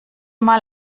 mal